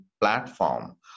platform